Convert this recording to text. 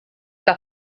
que